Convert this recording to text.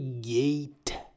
gate